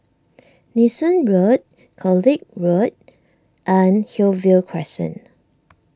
Nee Soon Road College Road and Hillview Crescent